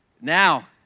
Now